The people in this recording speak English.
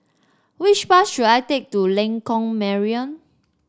which bus should I take to Lengkok Mariam